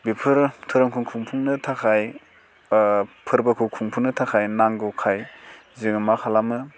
बेफोरो धोरोमखौ खुंफुंनो थाखाय फोरबोखौ खुंफुंनो थाखाय नांगौखाय जोङो मा खालामो